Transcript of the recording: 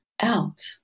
out